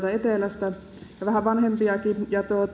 ja vähän vanhempiakin täältä etelästä tämän